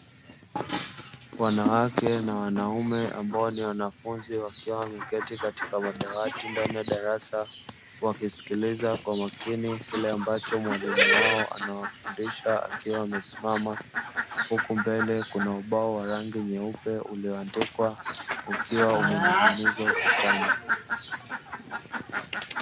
Wanawake na wanaume ambao ni wanafunzi wakiwa wameketi katika madawati ndani ya darasa, wakisikiliza kwa makini kile ambacho mwalimu wao anawafundisha akiwa amesimama, huku mbele kuna ubao wa rangi nyeupe ulioandikwa ukiwa umening'inizwa ukutani.